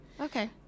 Okay